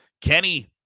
Kenny